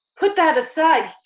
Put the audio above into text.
put that aside,